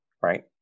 Right